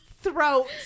Throat